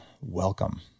welcome